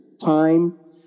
time